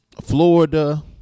Florida